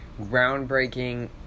groundbreaking